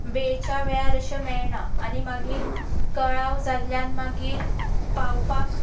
वेळच्या वेळार अशें मेळना आनी मागीर कळाव जाल्ल्यान मागीर पावपाक